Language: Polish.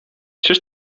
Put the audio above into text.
czyż